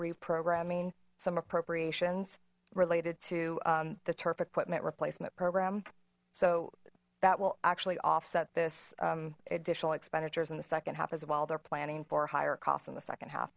reprogramming some appropriations related to the turf equipment replacement program so that will actually offset this additional expenditures in the second half as well they're planning for higher costs in the second half